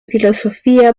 filosofía